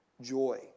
joy